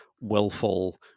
willful